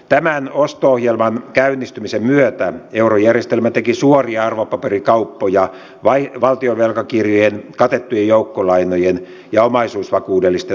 tämän osto ohjelman käynnistymisen myötä eurojärjestelmä teki suoria arvopaperikauppoja valtion velkakirjojen katettujen joukkolainojen ja omaisuusvakuudellisten arvopapereiden markkinoilla